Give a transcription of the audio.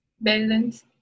Balance